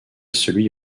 celui